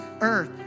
earth